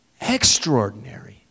extraordinary